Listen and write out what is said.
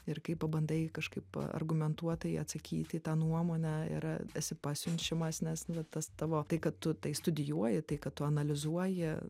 ir kai pabandai kažkaip argumentuotai atsakyti į tą nuomonę ir esi pasiunčiamas nes na tas tavo tai kad tu tai studijuoji tai kad tu analizuoji